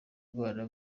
bwana